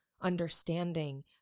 Understanding